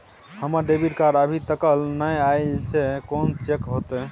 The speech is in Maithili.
हमर डेबिट कार्ड अभी तकल नय अयले हैं, से कोन चेक होतै?